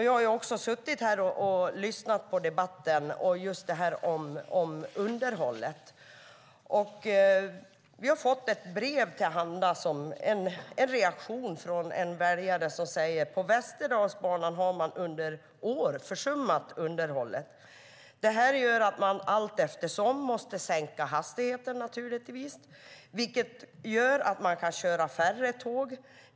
Jag har också suttit här och lyssnat på debatten och just det här om underhållet. Vi har fått oss ett brev till handa. Det är en reaktion från en väljare som säger att man har försummat underhållet på Västerdalsbanan under många år. Det gör att man allt eftersom måste sänka hastigheten, naturligtvis, vilket gör att man kan köra färre tåg.